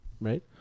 right